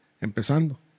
Empezando